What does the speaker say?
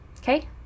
Okay